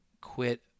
quit